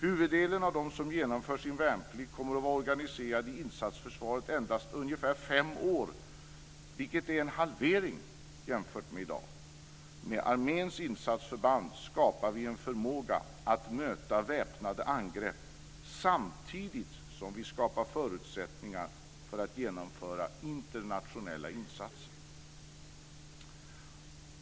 Huvuddelen av dem som genomför sin värnplikt kommer att vara organiserade i insatsförsvaret endast ungefär fem år, vilket är en halvering jämfört med i dag. Med arméns insatsförband skapar vi en förmåga att möta väpnade angrepp, samtidigt som vi skapar förutsättningar för att genomföra internationella insatser.